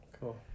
Cool